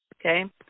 okay